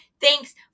Thanks